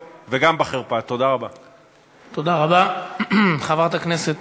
ואני לא אחזור פה על הדברים שאמרו פה